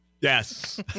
yes